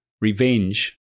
Revenge